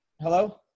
Hello